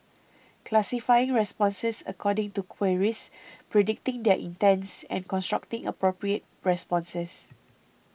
classifying responses according to queries predicting their intents and constructing appropriate responses